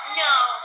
No